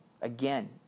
again